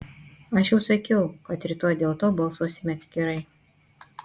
aš jau sakiau kad rytoj dėl to balsuosime atskirai